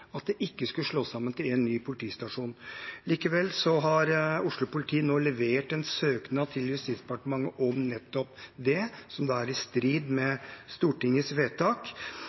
at den ikke skulle slås sammen til en ny politistasjon. Likevel har Oslo-politiet nå levert en søknad til Justisdepartementet om nettopp det, som da er i strid med Stortingets vedtak.